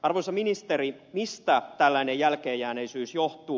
arvoisa ministeri mistä tällainen jälkeenjääneisyys johtuu